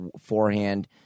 forehand